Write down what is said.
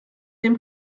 dem